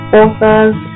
authors